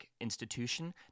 institution